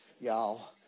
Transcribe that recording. y'all